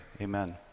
amen